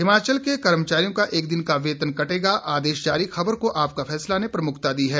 हिमाचल के कर्मचारियों का एक दिन का वेतन कटेगा आदेश जारी खबर को आपका फैसला ने प्रमुखता दी है